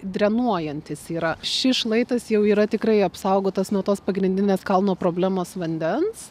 drenuojantis yra šis šlaitas jau yra tikrai apsaugotas nuo tos pagrindinės kalno problemos vandens